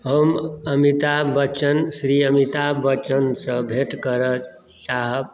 हम अमिताभ बच्चन श्री अमिताभ बच्चनसँ भेँट करय चाहब